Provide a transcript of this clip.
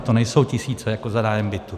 To nejsou tisíce jako za nájem bytu.